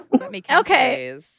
Okay